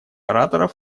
ораторов